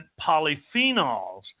polyphenols